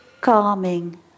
calming